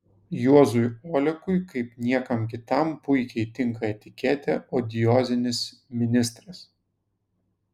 juozui olekui kaip niekam kitam puikiai tinka etiketė odiozinis ministras